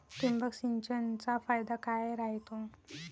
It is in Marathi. ठिबक सिंचनचा फायदा काय राह्यतो?